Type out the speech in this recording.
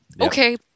Okay